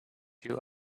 you